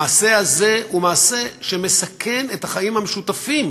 המעשה הזה מסכן את החיים המשותפים